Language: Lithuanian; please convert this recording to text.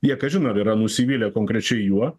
jie kažin ar yra nusivylę konkrečiai juo